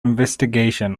investigation